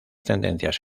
tendencias